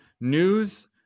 news